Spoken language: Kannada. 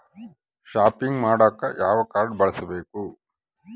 ಷಾಪಿಂಗ್ ಮಾಡಾಕ ಯಾವ ಕಾಡ್೯ ಬಳಸಬೇಕು?